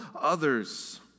others